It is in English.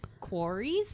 quarries